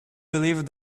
believed